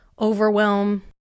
overwhelm